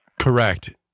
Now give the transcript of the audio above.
Correct